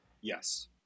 Yes